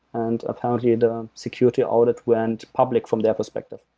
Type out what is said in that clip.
and apparently, the security audit went public from their perspective,